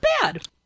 bad